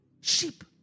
sheep